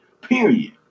period